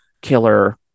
killer